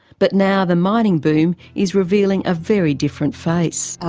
but now the mining boom is revealing a very different face.